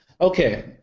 Okay